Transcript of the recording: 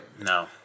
No